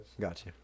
Gotcha